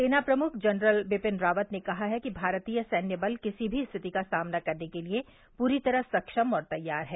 सेना प्रमुख जनरल विपिन रावत ने कहा है कि भारतीय सैन्य बल किसी भी स्थिति का सामना करने के लिए पूरी तरह सक्षम और तैयार है